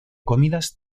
comidas